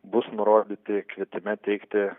bus nurodyti kvietime teikti